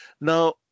Now